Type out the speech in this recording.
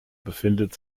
befindet